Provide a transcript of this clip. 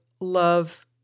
love